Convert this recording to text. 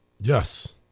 Yes